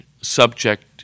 subject